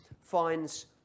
finds